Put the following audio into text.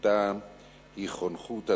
שפעילותם היא חונכות,